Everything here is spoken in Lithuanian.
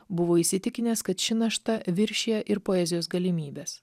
buvo įsitikinęs kad ši našta viršija ir poezijos galimybes